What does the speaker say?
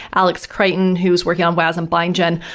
alex creighton who is working on wasm bindgen.